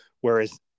whereas